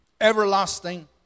everlasting